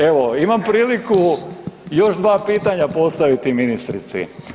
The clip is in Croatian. Evo, imam priliku još dva pitanja postaviti ministrici.